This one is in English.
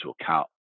account